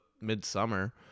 midsummer